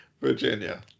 Virginia